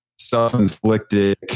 self-inflicted